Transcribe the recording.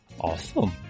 Awesome